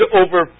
over